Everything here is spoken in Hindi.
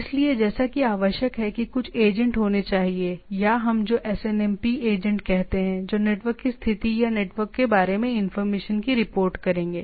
इसलिए जैसा कि आवश्यक है कि कुछ एजेंट होने चाहिए या हम जो एसएनएमपी एजेंट कहते हैं जो नेटवर्क की स्थिति या नेटवर्क के बारे में इंफॉर्मेशन की रिपोर्ट करेंगे